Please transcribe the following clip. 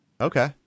Okay